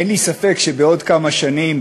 אין לי ספק שבעוד כמה שנים,